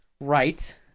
Right